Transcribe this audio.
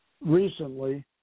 recently